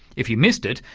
if you missed it,